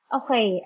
okay